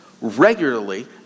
regularly